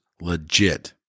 legit